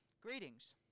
Greetings